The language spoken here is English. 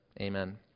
Amen